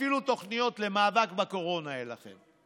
אפילו תוכניות למאבק בקורונה אין לכם.